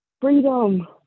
freedom